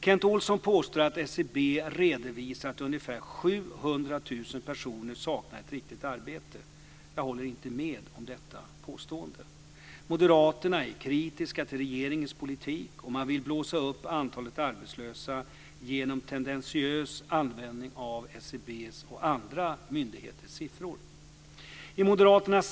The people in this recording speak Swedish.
Kent Olsson påstår att SCB redovisar att ungefär 700 000 personer saknar ett riktigt arbete. Jag håller inte med om detta påstående. Moderaterna är kritiska till regeringens politik, och man vill blåsa upp antalet arbetslösa genom tendentiös användning av SCB:s och andra myndigheters siffror.